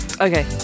Okay